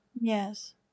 Yes